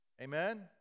Amen